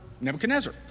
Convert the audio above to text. Nebuchadnezzar